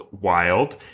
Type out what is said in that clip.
wild